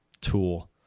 tool